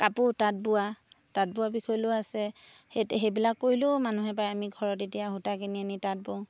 কাপোৰ তাঁত বোৱা তাঁত বোৱা বিষয়লৈও আছে সেই সেইবিলাক কৰিলেও মানুহে পাই আমি ঘৰত এতিয়া সূতা কিনি আনি তাঁত বওঁ